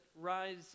rise